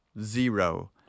Zero